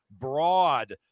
broad